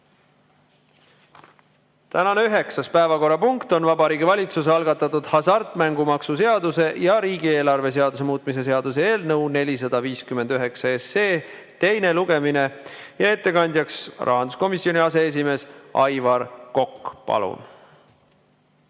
Tänane üheksas päevakorrapunkt on Vabariigi Valitsuse algatatud hasartmängumaksu seaduse ja riigieelarve seaduse muutmise seaduse eelnõu 459 teine lugemine. Ettekandja on rahanduskomisjoni aseesimees Aivar Kokk. Palun!